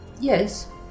Yes